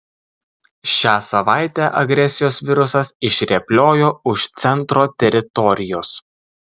šią savaitę agresijos virusas išrėpliojo už centro teritorijos